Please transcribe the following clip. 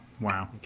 wow